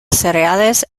cereales